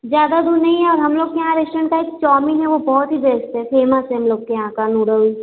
ज़्यादा दूर नहीं है और हम लोग के यहाँ रेस्टोरेंट का एक चौमीन है वह बहुत ही बेस्ट है फेमस है हम लोग के यहाँ का नूडल्स